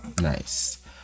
nice